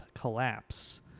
collapse